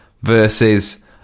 versus